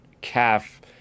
calf